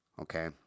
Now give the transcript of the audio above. Okay